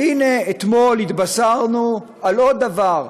והנה, אתמול התבשרנו על עוד דבר: